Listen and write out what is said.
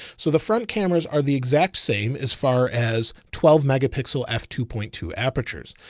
so the front cameras are the exact same as far as twelve megapixel f two point two apertures.